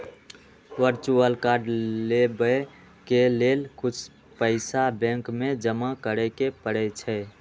virtual card लेबेय के लेल कुछ पइसा बैंक में जमा करेके परै छै